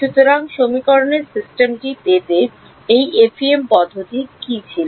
সুতরাং সমীকরণের সিস্টেমটি পেতে একটি এফইএম পদ্ধতি কী ছিল